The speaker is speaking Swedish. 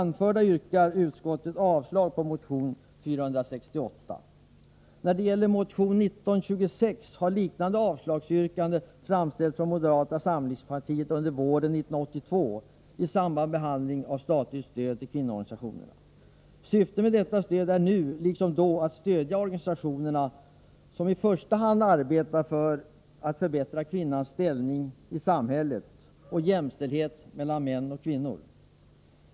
När det gäller motion 1926 vill jag nämna att ett liknande yrkande framställts från moderata samlingspartiet under våren 1982 i samband med behandlingen av statligt stöd till kvinnoorganisationerna. Syftet med detta stöd är nu liksom då att stödja organisationer som i första hand arbetar för att förbättra kvinnans ställning i samhället och för jämställdhet mellan kvinnor och män.